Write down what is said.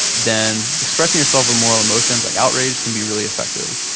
then expressing yourself with moral emotions like outrage can be really effective.